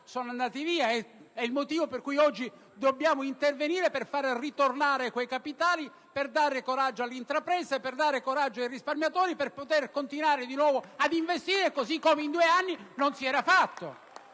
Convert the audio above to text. sono andati via, ed il motivo per cui oggi dobbiamo intervenire per far ritornare quei capitali, per dare coraggio all'intrapresa e ai risparmiatori e per continuare di nuovo ad investire, così come in due anni non si era fatto.